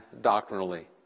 doctrinally